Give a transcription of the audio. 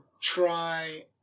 try